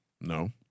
No